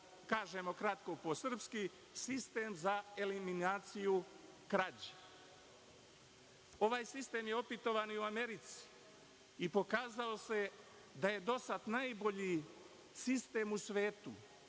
kažemo kratko po srpski, sistem za eliminaciju krađe. Ovaj sistem je opitovan i u Americi i pokazao se da je do sad najbolji sistem u svetu,